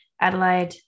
Adelaide